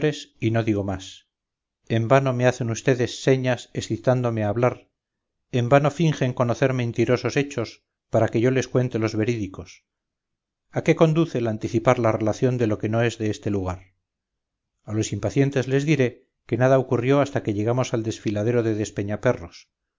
y no digo más en vano me hacen vds señas excitándome a hablar en vano fingen conocer mentirosos hechos para que yo les cuente los verídicos a qué conduce el anticipar la relación de lo que no es de este lugar a los impacientes les diré que nada ocurrió hasta que llegamos al desfiladero